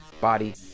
body